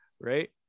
right